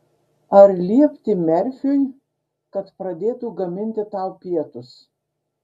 ar liepti merfiui kad pradėtų gaminti tau pietus